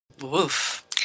Woof